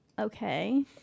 okay